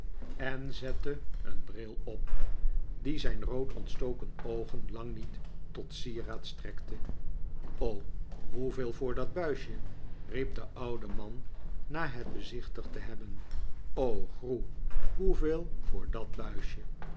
en zette een brjl op david copperfield die zijn rood ontstoken oogen lang niet tot sieraad strekte hoeveel voor dat buisje riep de oude man na het bezichtigd te hebben hoe hoeveel voor dat buisje